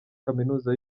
kaminuza